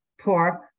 pork